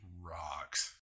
rocks